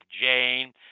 Jane